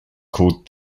called